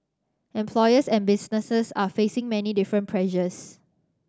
employers and businesses are facing many different pressures